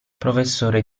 professore